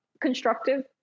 constructive